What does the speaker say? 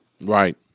Right